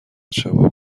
شبا